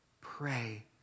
pray